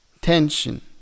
tension